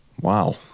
wow